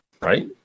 right